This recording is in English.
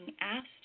asked